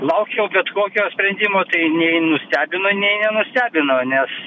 laukiau bet kokio sprendimo tai nei nustebino nei nenustebino nes